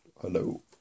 Hello